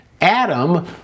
Adam